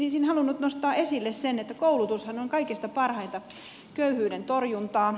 olisin halunnut nostaa esille sen että koulutushan on kaikista parhainta köyhyyden torjuntaa